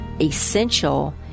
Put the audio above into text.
essential